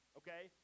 okay